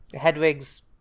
Hedwig's